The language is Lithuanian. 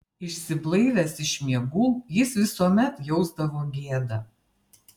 išsiblaivęs iš miegų jis visuomet jausdavo gėdą